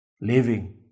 living